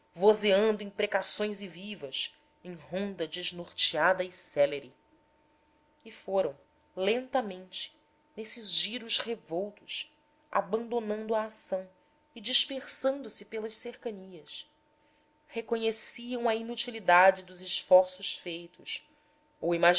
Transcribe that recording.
largo vozeando imprecações vivas em ronda desnorteada e célere e foram lentamente nesses giros revoltados abandonando a ação e dispersando se pelas cercanias reconheciam a inutilidade dos esforços feitos